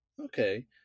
Okay